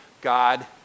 God